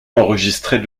enregistrer